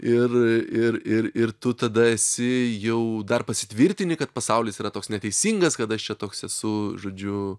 ir ir ir ir tu tada esi jau dar pasitvirtini kad pasaulis yra toks neteisingas kad aš čia toks esu žodžiu